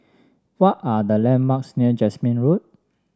what are the landmarks near Jasmine Road